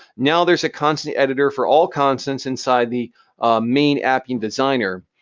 now there's a constant editor for all constants inside the main appian designer.